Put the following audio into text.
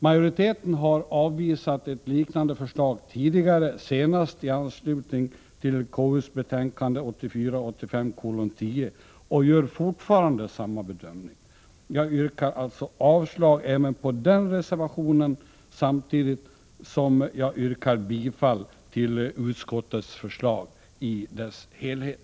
Majoriteten har avvisat liknande förslag tidigare, senast i anslutning till konstitutionsutskottets betänkande 1984/85:10, och gör fortfarande samma bedömmning. Jag yrkar avslag även på reservation 2, samtidigt som jag yrkar bifall till utskottets förslag i dess helhet.